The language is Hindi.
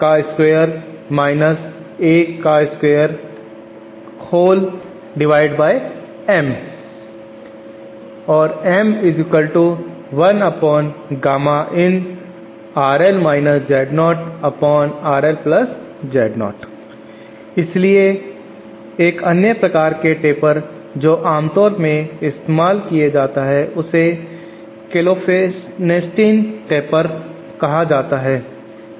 इसलिए एक अन्य प्रकार का टेपर जो आमतौर पर इस्तेमाल किया जाता है उसे क्लोफेनेस्टीन टेपर कहा जाता है